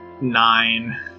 Nine